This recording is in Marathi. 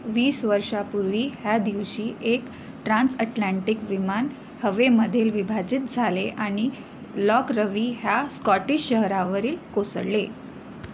वीस वर्षापूर्वी ह्या दिवशी एक ट्रान्स अटलांटिक विमान हवेमधील विभाजित झाले आणि लॉकरवी ह्या स्कॉटिश शहरावर कोसळले